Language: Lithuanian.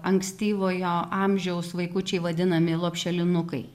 ankstyvojo amžiaus vaikučiai vadinami lopšelinukai